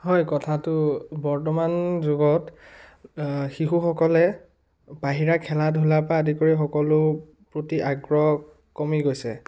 হয় কথাটো বৰ্তমান যুগত শিশুসকলে বাহিৰা খেলা ধূলা পৰা আদি কৰি সকলো প্ৰতি আগ্ৰহ কমি গৈছে